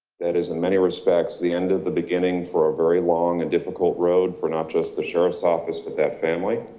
that is in many respects, the end of the beginning for a very long and difficult road for not just the sheriff's office, but that family.